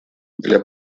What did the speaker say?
для